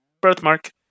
birthmark